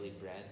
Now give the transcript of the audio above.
bread